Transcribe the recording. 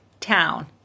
Town